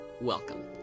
Welcome